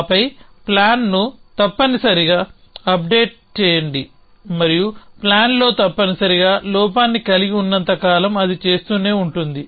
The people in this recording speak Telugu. ఆపై ప్లాన్ను తప్పనిసరిగా అప్డేట్ చేయండి మరియు ప్లాన్లో తప్పనిసరిగా లోపాన్ని కలిగి ఉన్నంత కాలం అది చేస్తూనే ఉంటుంది